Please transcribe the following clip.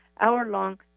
hour-long